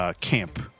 camp